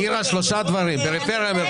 בטח, --- נירה, שלושה דברים: פריפריה-מרכז.